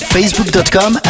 Facebook.com